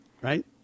right